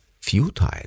futile